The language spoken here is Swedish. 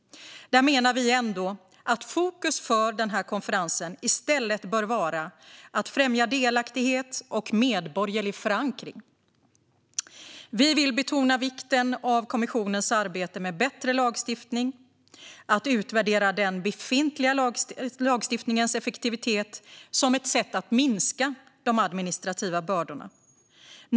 Där menar vi ändå att fokus för konferensen i stället bör vara att främja delaktighet och medborgerlig förankring. Vi vill betona vikten av kommissionens arbete med bättre lagstiftning och med att utvärdera den befintliga lagstiftningens effektivitet som ett sätt att minska de administrativa bördorna.